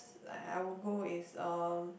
like I would go is um